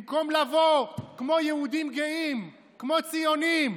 במקום לבוא כמו יהודים גאים, כמו ציונים,